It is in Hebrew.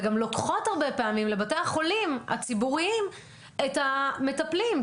וגם לוקחות הרבה פעמים לבתי החולים הציבוריים את המטפלים.